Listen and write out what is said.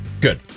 Good